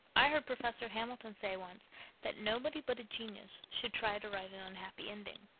i heard professor hamilton say once that nobody but a genius should try to write an unhappy ending.